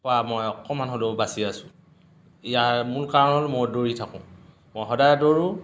পৰা মই অকণমান হ'লেও বাচি আছোঁ ইয়াৰ মূল কাৰণ হ'ল মই দৌৰি থাকোঁ মই সদায় দৌৰোঁ